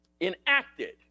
enacted